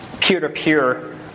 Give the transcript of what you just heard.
peer-to-peer